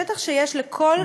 השטח שיש לכל בעל-חיים,